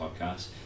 podcast